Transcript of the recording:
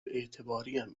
اعتباریم